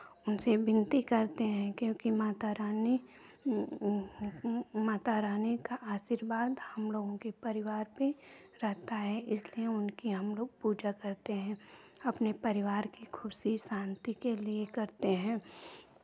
उनसे विनती करते हैं क्योंकि माता रानी माता रानी का आशीर्वाद हमलोगों के परिवार पे रहता है इसलिये उनकी हमलोग पूजा करते हैं अपनी परिवार की खुशी शांति के लिये करते हैं